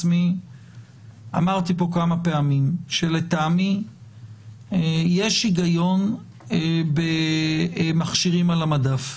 אמרתי פה כמה פעמים שלטעמי יש היגיון במכשירים על המדף.